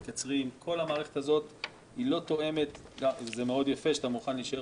כל המערכת הזאת היא לא תואמת זה מאוד יפה שאתה מוכן להישאר